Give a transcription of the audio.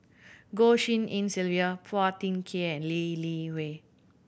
Goh Tshin En Sylvia Phua Thin Kiay and Lee Li Hui